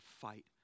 fight